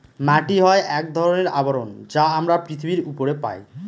মাটি হয় এক ধরনের আবরণ যা আমরা পৃথিবীর উপরে পায়